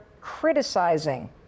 criticizing